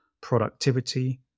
productivity